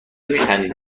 میخندید